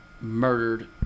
murdered